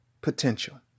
potential